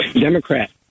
Democrat